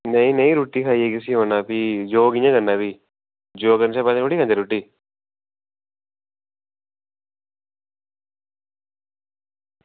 नेईं नेईं रुट्टी निं खाइयै योगा कियां करना भी योगा करदे थोह्ड़े न खंदे रुट्टी